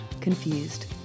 confused